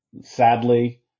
sadly